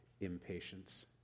impatience